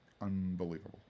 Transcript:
Unbelievable